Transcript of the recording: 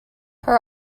her